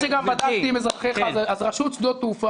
כיוון שגם בדקתי עם אנשיך אז רשות שדות התעופה